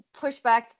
pushback